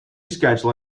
schedule